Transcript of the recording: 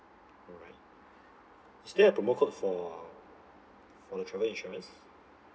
all right is there a promo code for for the travel insurance